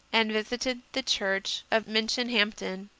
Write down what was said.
and visited the church of minchinhampton,